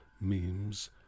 Memes